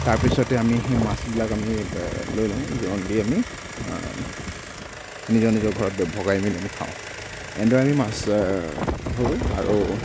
তাৰপিছতে আমি সেই মাছবিলাক আমি লৈ লওঁ দি আমি নিজৰ নিজৰ ঘৰত ভগাই মেলি আমি খাওঁ এনেদৰে আমি মাছ ধৰোঁ আৰু